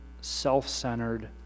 self-centered